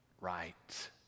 right